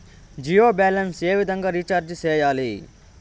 Jio balance ఏ విధంగా recharge సేయాలి?